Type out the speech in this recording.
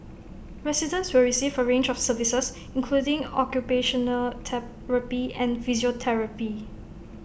residents will receive A range of services including occupational therapy and physiotherapy